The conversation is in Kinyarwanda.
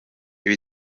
ibi